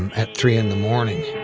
and at three in the morning